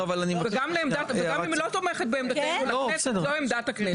וגם אם היא לא תומכת בעמדתנו, זו עמדת הכנסת.